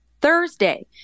Thursday